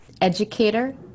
educator